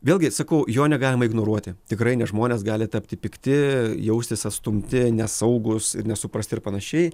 vėlgi sakau jo negalima ignoruoti tikrai nes žmonės gali tapti pikti jaustis atstumti nesaugūs ir nesuprasti ir panašiai